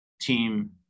team